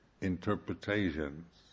interpretations